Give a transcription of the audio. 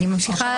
אני ממשיכה